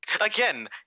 Again